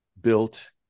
built